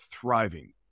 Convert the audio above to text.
thriving